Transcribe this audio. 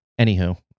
Anywho